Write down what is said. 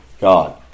God